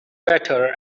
better